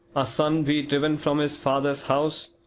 a son be driven from his father's house?